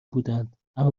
بودند، اما